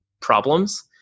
problems